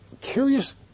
curious